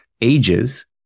ages